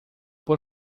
por